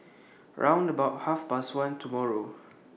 round about Half Past one tomorrow